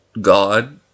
God